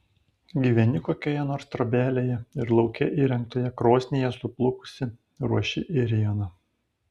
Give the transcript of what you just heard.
gyveni kokioje nors trobelėje ir lauke įrengtoje krosnyje suplukusi ruoši ėrieną